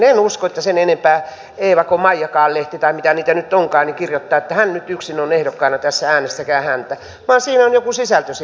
en usko että sen enempää eeva kuin maija lehti tai mitä niitä nyt onkaan kirjoittaa että hän nyt yksin on ehdokkaana tässä äänestäkää häntä vaan siinä jutussa on joku sisältö